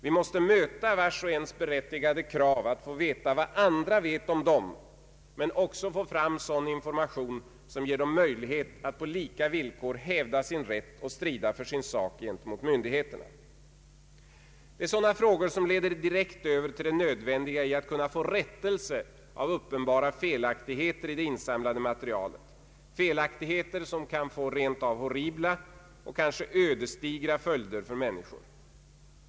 Vi måste möta vars och ens berättigade krav att få veta vad andra vet om dem, men också att få sådan information som ger dem möjlighet att på lika villkor hävda sin rätt och strida för sin sak gentemot myndigheter. Dessa frågor leder direkt över till det nödvändiga i att kunna få rättelse av uppenbara felaktigheter i det insamlade materialet, felaktigheter som kan få horribla och rent av ödesdigra följder för människor.